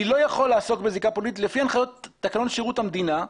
אני לא יכול לעסוק בזיקה פוליטית לפי הנחיות תקנון שירות המדינה,